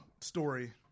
story